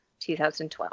2012